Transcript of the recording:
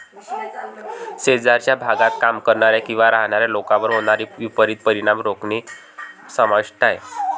शेजारच्या भागात काम करणाऱ्या किंवा राहणाऱ्या लोकांवर होणारे विपरीत परिणाम रोखणे समाविष्ट आहे